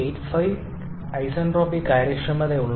85 isentropic കാര്യക്ഷമതയാണ്